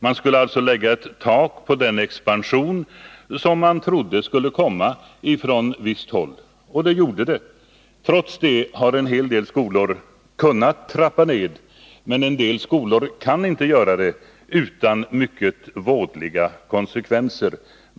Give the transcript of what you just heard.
Man skulle alltså lägga ett tak på den expansion som man på visst håll trodde skulle komma, och så blev det också. Trots det har en hel del skolor kunnat trappa ned verksamheten, men vissa skolor kan inte göra det utan mycket vådliga konsekvenser.